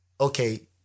okay